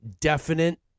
definite